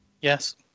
Yes